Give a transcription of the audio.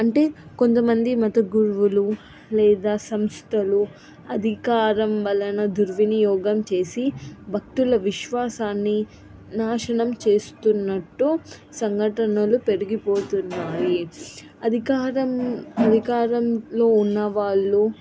అంటే కొంతమంది మత గురువులు లేదా సంస్థలు అధికారం వలన దుర్వినియోగం చేసి భక్తుల విశ్వాసాన్ని నాశనం చేస్తున్నట్టు సంఘటనలు పెరిగిపోతున్నాయి అధికారం అధికారంలో ఉన్నవాళ్ళు